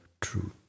truth